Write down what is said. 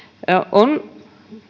on